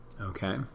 Okay